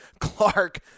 Clark